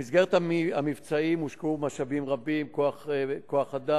במסגרת המבצעים הושקעו משאבים רבים: כוח-אדם,